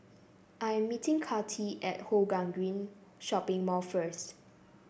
I'm meeting Kathi at Hougang Green Shopping Mall first